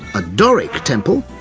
a doric temple,